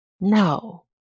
No